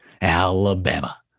Alabama